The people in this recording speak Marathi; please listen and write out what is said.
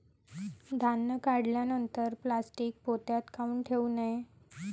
धान्य काढल्यानंतर प्लॅस्टीक पोत्यात काऊन ठेवू नये?